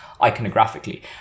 iconographically